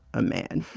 a man.